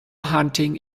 hunting